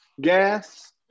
gas